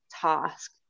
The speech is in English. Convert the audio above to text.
task